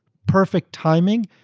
perfect timing,